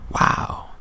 Wow